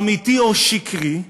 אמיתי או שקרי,